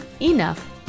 Enough